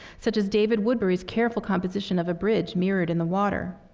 such as david woodbury's careful composition of a bridge mirrored in the water.